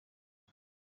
amb